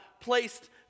placed